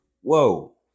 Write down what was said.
whoa